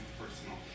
personal